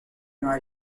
nueva